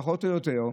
פחות או יותר.